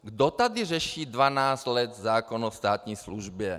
Kdo tady řeší dvanáct let zákon o státní službě?